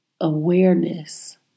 awareness